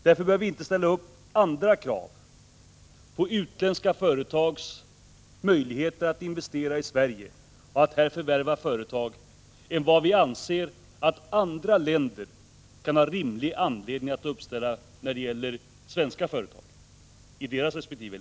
Därför bör vi inte ställa upp andra krav när det gäller utländska företags möjligheter att investera i Sverige och att här förvärva företag än vad vi anser att andra länder kan ha rimlig anledning att uppställa för svenska företag i deras resp. länder.